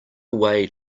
way